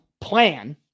plan